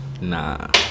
nah